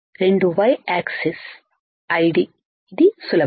రెండు y axis ID ఇది సులభం